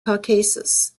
caucasus